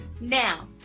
Now